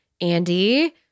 Andy